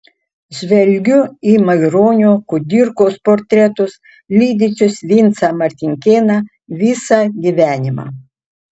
žvelgiu į maironio kudirkos portretus lydinčius vincą martinkėną visą gyvenimą